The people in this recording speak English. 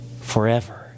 forever